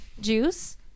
Juice